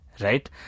right